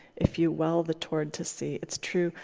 if you well the toward to see, it's true.